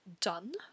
done